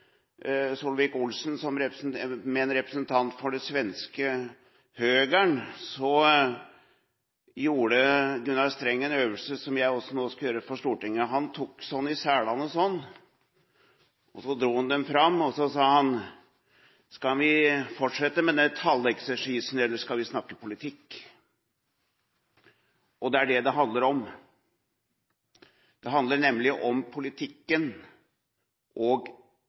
med Solvik-Olsen, men med en representant for det svenske «högern», gjorde Gunnar Sträng en øvelse som jeg også nå skal gjøre for Stortinget. Han tok i selene slik, dro dem fram, og så sa han: Skal vi fortsette med denne talleksersisen, eller skal vi snakke politikk? Det er det det handler om. Det handler nemlig om politikken og